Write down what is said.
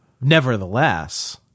Nevertheless